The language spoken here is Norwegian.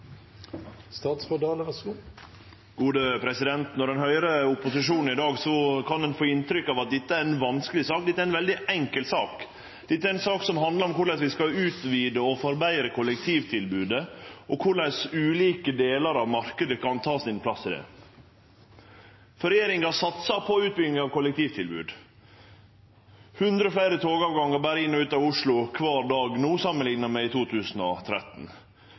Når ein høyrer opposisjonen i dag, kan ein få inntrykk av at dette er ei vanskeleg sak. Dette er ei veldig enkel sak. Dette er ei sak som handlar om korleis vi skal utvide og forbetre kollektivtilbodet, og korleis ulike delar av marknaden kan ta sin plass i det. Regjeringa satsar på utbygging av kollektivtilbod – med hundre fleire togavgangar berre inn og ut av Oslo kvar dag no samanlikna med i 2013.